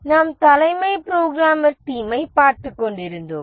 நாம் தலைமை புரோகிராமர் டீமைப் பார்த்துக் கொண்டிருந்தோம்